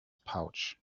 pouch